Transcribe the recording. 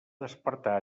despertar